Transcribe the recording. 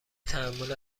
تحمل